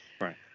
Right